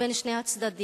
בין שני הצדדים.